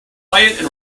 quiet